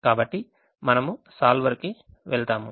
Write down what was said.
కాబట్టి మనము సోల్వర్ కి వెళ్తాము